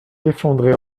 défendrai